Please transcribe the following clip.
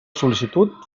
sol·licitud